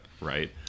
right